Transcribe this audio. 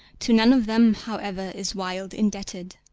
to none of them, however, is wilde indebted.